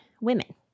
women